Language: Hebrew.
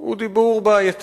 הוא דיבור נורא,